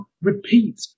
repeat